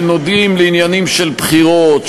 שנוגעים לעניינים של בחירות,